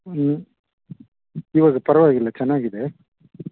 ಇವಾಗ ಪರವಾಗಿಲ್ಲ ಚೆನ್ನಾಗಿದೆ